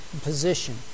position